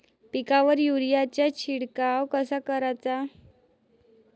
पिकावर युरीया चा शिडकाव कसा कराचा?